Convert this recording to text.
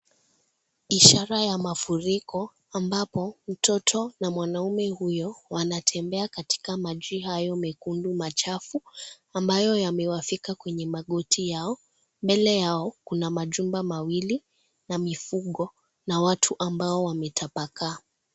Ishara ya mafuriko ambapo mtoto na mwanaume huyo, wanatembea katika maji hayo mekundu machafu ambayo yamewafika kwenye magoti yao. Mbele yao, kuna majumba mawili na mifugo na watu ambao wametapakaa.